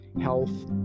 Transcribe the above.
health